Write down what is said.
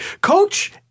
Coach